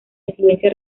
influencia